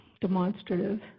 demonstrative